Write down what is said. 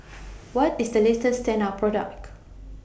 What IS The latest Tena Product